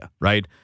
right